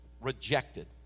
rejected